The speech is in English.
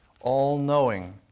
all-knowing